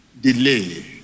Delay